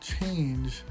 change